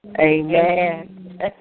Amen